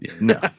no